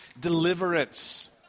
deliverance